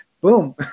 Boom